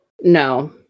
No